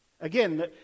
Again